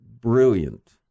brilliant